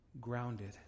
grounded